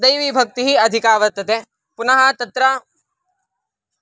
दैवीभक्तिः अधिका वर्तते पुनः तत्र